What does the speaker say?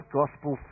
gospel